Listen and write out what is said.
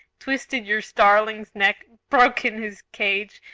twisted your starling's neck, broken his cage,